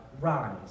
rise